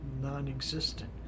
non-existent